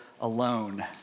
alone